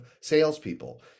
salespeople